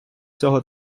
цього